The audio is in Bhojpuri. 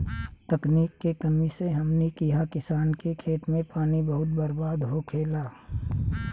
तकनीक के कमी से हमनी किहा किसान के खेत मे पानी बहुत बर्बाद होखेला